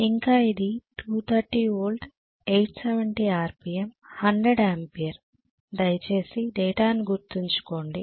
ఇంకా ఇది 230 volt 870 RPM 100 ampere దయచేసి డేటాను గుర్తుంచుకోండి